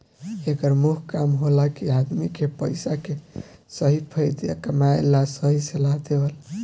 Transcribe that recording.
एकर मुख्य काम होला कि आदमी के पइसा के सही फायदा कमाए ला सही सलाह देवल